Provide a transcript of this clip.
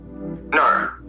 No